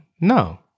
No